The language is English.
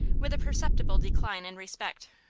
with a perceptible decline in respect.